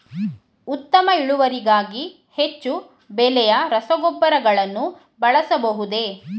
ಉತ್ತಮ ಇಳುವರಿಗಾಗಿ ಹೆಚ್ಚು ಬೆಲೆಯ ರಸಗೊಬ್ಬರಗಳನ್ನು ಬಳಸಬಹುದೇ?